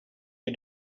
you